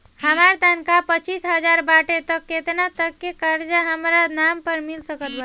हमार तनख़ाह पच्चिस हज़ार बाटे त केतना तक के कर्जा हमरा नाम पर मिल सकत बा?